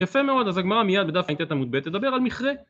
יפה מאוד, אז הגמרא מיד בדף ע"ט עמוד ב', תדבר על מכרה